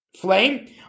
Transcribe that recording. flame